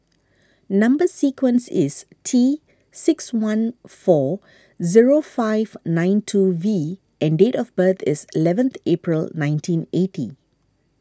Number Sequence is T six one four zero five nine two V and date of birth is eleven April nineteen eighty